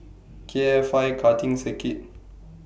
K F I Karting Circuit